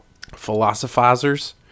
philosophizers